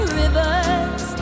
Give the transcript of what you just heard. rivers